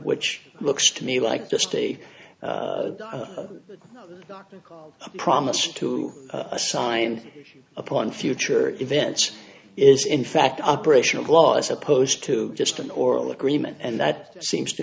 which looks to me like just a promise to assign a point future events is in fact operation of law as opposed to just an oral agreement and that seems to